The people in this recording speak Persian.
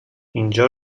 اینجا